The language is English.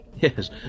Yes